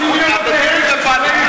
אבל אתם נראים בפניקה.